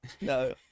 No